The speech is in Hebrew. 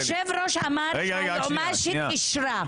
היושב ראש אמר שהיועמ"שית אישרה.